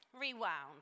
rewound